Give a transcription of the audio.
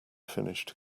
finished